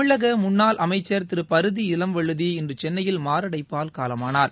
தமிழக முன்னாள் அமைச்ச் திரு பரிதி இளம்வழுதி இன்று சென்னையில் மாரடைப்பால் காலமானார்